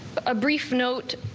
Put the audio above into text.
a brief note.